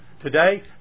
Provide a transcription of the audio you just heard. Today